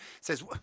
Says